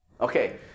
Okay